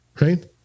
right